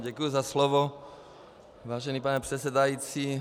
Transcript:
Děkuji za slovo, vážený pane předsedající.